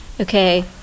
Okay